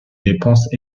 dépenses